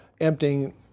emptying